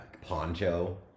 poncho